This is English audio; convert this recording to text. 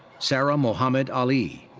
sarah mohammad ali.